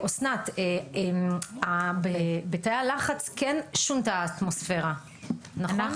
אסנת, בתאי הלחץ כן שונתה האטמוספירה, נכון?